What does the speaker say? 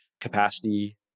capacity